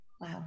Wow